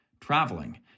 traveling